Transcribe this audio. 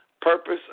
purpose